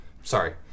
Sorry